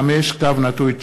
פ/795/19.